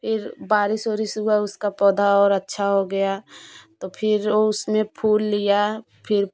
फिर बारिश उरिश हुआ उसका पौधा और अच्छा हो गया तो फिर उसने फूल लिया फिर